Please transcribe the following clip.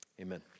Amen